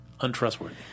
untrustworthy